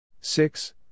six